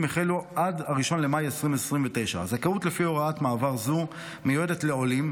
החלו עד 1 במאי 2029. הזכאות לפי הוראת מעבר זו מיועדת לעולים,